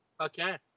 Okay